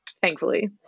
thankfully